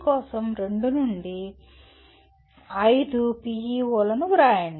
కోసం రెండు నుండి ఐదు PEO లను వ్రాయండి